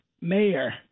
mayor